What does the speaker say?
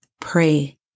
pray